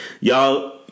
y'all